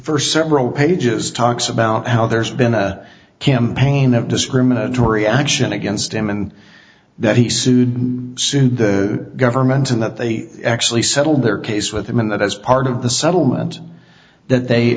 first several pages talks about how there's been a campaign of discriminatory action against him and that he sued sued the government and that they actually settled their case with him and that as part of the settlement that they